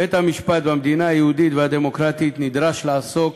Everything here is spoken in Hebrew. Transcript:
מה, בכנסת יחליטו, אז רווחה, אם אין הסכמה.